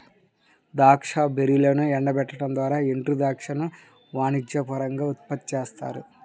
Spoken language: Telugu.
ద్రాక్ష బెర్రీలను ఎండబెట్టడం ద్వారా ఎండుద్రాక్షను వాణిజ్యపరంగా ఉత్పత్తి చేస్తారు